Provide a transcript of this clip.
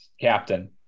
captain